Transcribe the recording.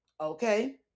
okay